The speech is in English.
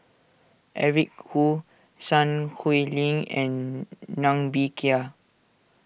Eric Khoo Sun Hui Ling and Ng Bee Kia